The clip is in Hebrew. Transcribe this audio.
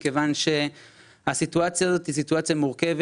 מכיוון שהסיטואציה הזאת היא סיטואציה מורכבת.